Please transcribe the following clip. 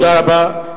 תודה רבה.